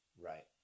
Right